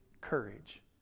courage